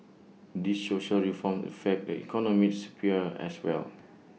these social reforms affect the economic sphere as well